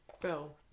Bill